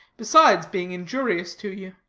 besides being injurious to you.